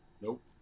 Nope